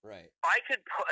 Right